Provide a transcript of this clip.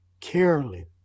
Carolyn